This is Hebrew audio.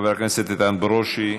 חבר הכנסת איתן ברושי,